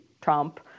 Trump